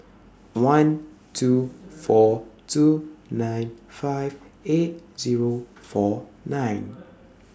one two four two nine five eight Zero four nine